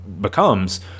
becomes